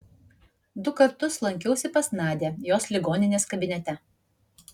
du kartus lankiausi pas nadią jos ligoninės kabinete